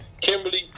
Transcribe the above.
Kimberly